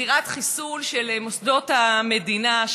מכירת חיסול של מוסדות המדינה,